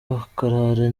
bakarara